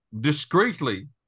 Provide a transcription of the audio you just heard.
discreetly